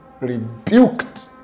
rebuked